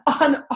on